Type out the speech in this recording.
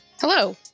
Hello